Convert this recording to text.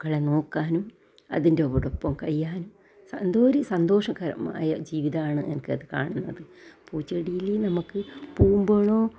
പൂക്കളെപൂക്കളെ നോക്കാനും അതിൻറ്റോടപ്പം കഴിയാനും എന്തോ ഒരു സന്തോഷകരമായ ജീവിതമാണ് എനിക്കത് കാണുന്നത് പൂച്ചെടിയിൽ നമുക്ക് പൂമ്പോഴോ